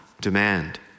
demand